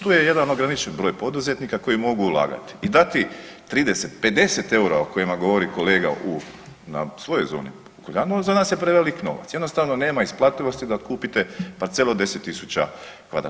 Tu je jedan ograničen broj poduzetnika koji mogu ulagati i dati 30, 50 eura, o kojima govori kolega u na svojoj zoni, za nas je prevelik novac, jednostavno nema isplativosti da kupite parcelu od 10 tisuća kvadrata.